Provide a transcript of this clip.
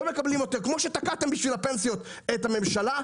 כמו שתקעתם את הממשלה בשביל הפנסיות,